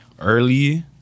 early